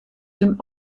dem